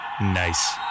Nice